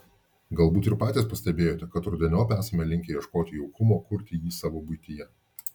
galbūt ir patys pastebėjote kad rudeniop esame linkę ieškoti jaukumo kurti jį savo buityje